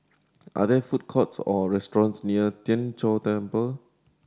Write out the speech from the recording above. are there food courts or restaurants near Tien Chor Temple